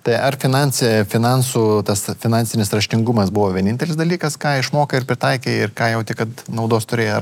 tai ar finansė finansų tas finansinis raštingumas buvo vienintelis dalykas ką išmokai ir pritaikė ir ką jauti kad naudos turėjo ar